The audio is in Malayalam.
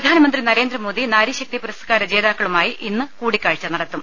പ്രധാനമന്ത്രി നരേന്ദ്രമോദി നാരീശക്തി പുരസ്കാര ജേതാക്കളുമായി ഇന്ന് കൂടിക്കാഴ്ച നടത്തും